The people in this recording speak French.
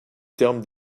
terme